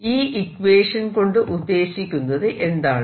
ഈ ഇക്വേഷൻ കൊണ്ട് ഉദ്ദേശിക്കുന്നത് എന്താണ്